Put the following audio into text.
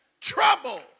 trouble